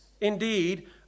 indeed